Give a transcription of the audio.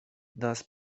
thus